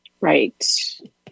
Right